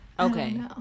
Okay